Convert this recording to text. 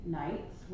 nights